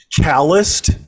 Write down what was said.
calloused